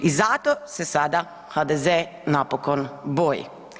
I zato se sada HDZ napokon boji.